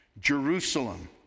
Jerusalem